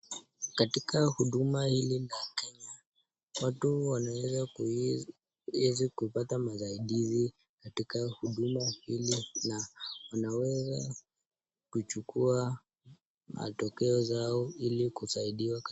Katika huduma hili la Kenya, watu wanaweza kupata masaidizi katika huduma na wanaweza kuchukua matokeo zao ili kusaidiwa.